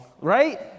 right